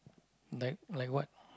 like like what